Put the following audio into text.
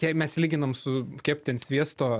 jei mes lyginam su kepti ant sviesto